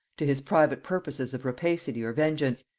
to his private purposes of rapacity or vengeance,